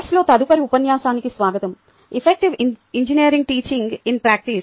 కోర్సులో తదుపరి ఉపన్యాసానికి స్వాగతం effective engineering teaching in practice